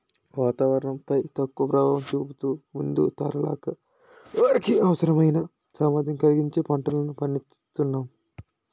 వాతావరణం పై తక్కువ ప్రభావం చూపుతూ ముందు తరాల వారికి అవసరమైన సామర్థ్యం కలిగించే పంటలను పండిస్తునాం